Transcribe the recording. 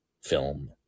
film